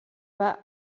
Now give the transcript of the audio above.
bei